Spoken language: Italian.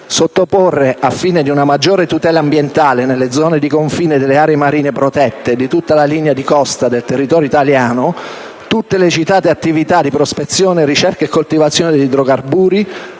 sottoporre, al fine di una maggiore tutela ambientale nelle zone di confine delle aree marine protette e di tutta la linea di costa del territorio italiano, tutte le citate attività di prospezione, ricerca e coltivazione di idrocarburi